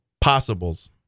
Possibles